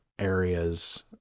areas